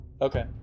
Okay